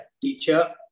teacher